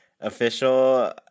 Official